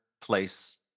place